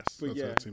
Yes